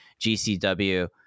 GCW